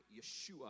Yeshua